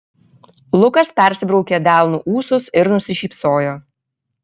lukas persibraukė delnu ūsus ir nusišypsojo